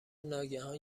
ناگهان